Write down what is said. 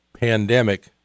pandemic